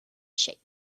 shape